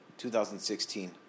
2016